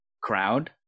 crowd